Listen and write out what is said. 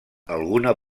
alguna